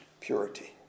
Purity